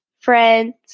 friends